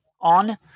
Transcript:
on